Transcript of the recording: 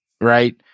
right